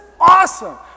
awesome